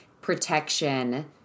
protection